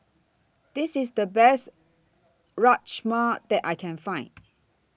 This IS The Best Rajma that I Can Find